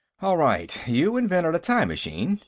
all right, you invented a time-machine,